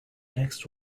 next